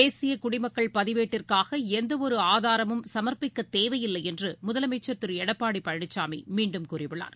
தேசிய குடிமக்கள் பதிவேட்டிற்காக எந்தவொரு ஆதாரமும் சம்ப்பிக்க தேவையில்லை என்று முதலமைச்சர் திரு எடப்பாடி பழனிசாமி மீண்டும் கூறியுள்ளார்